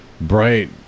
bright